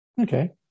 Okay